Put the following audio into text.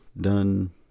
done